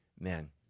amen